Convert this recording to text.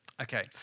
Okay